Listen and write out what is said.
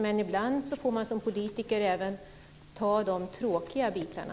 Men ibland får man som politiker även ta de tråkiga bitarna.